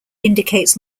indicates